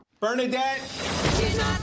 Bernadette